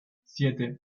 siete